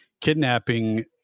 kidnapping